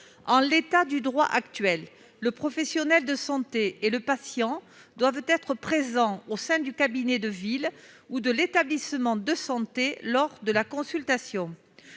En l'état actuel du droit, le professionnel de santé et le patient doivent être présents au sein du cabinet de ville ou de l'établissement de santé lors de la consultation